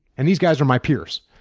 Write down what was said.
and these guys are my peers.